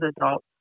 adults